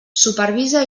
supervisa